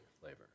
flavor